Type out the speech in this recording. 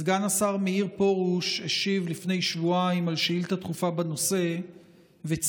סגן השר מאיר פרוש השיב לפני שבועיים על שאילתה דחופה בנושא וציין,